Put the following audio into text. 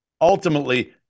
ultimately